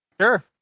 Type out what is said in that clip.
Sure